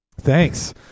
thanks